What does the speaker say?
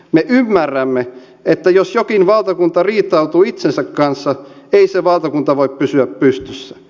me ymmärrämme että jos jokin valtakunta riitautuu itsensä kanssa ei se valtakunta voi pysyä pystyssä